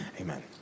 amen